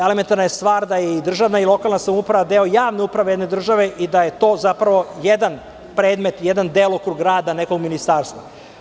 Elementarna je stvar da su i državna i lokalna samouprava deo javne uprave jedne države i da je to jedan predmet, jedan delokrug rada nekog ministarstva.